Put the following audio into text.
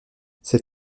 c’est